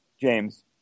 James